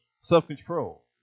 self-control